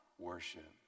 Worship